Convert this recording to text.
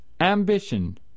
Ambition